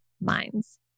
minds